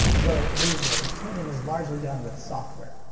though these days tuning is largely done with software.